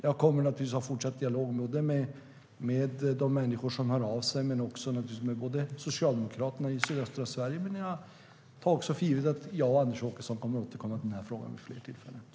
Jag kommer naturligtvis ha en fortsatt dialog med de människor som hör av sig och också med socialdemokraterna i sydöstra Sverige. Jag tar för givet att jag och Anders Åkesson kommer att återkomma till frågan vid fler tillfällen.